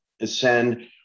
Ascend